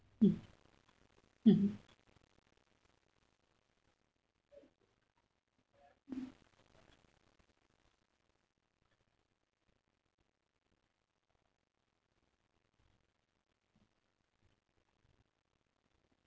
mm mmhmm